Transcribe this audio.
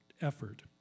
effort